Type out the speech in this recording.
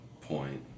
point